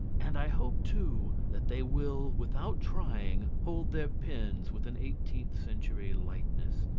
and i hope, too, that they will without trying hold their pens with an eighteenth century lightness,